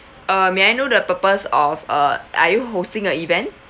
uh may I know the purpose of uh are you hosting a event